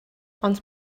ond